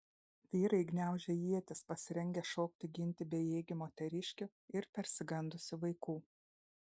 vyrai gniaužė ietis pasirengę šokti ginti bejėgių moteriškių ir persigandusių vaikų